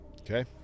Okay